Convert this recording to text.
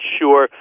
sure